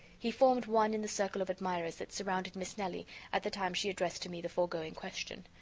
he formed one in the circle of admirers that surrounded miss nelly at the time she addressed to me the foregoing question.